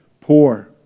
Poor